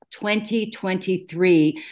2023